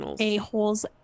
A-holes